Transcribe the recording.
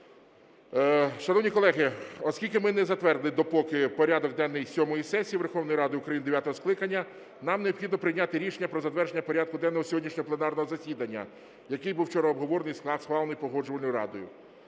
Шановні колеги, оскільки ми не затвердили допоки порядок денний сьомої сесії Верховної Ради України дев'ятого скликання, нам необхідно прийняти рішення про затвердження порядку денного сьогоднішнього пленарного засідання, який був вчора обговорений, схвалений Погоджувальною радою.